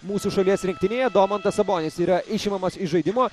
mūsų šalies rinktinėje domantas sabonis yra išimamas iš žaidimo